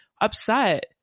upset